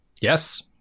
yes